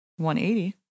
180